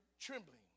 trembling